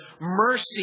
mercy